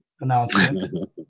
announcement